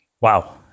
Wow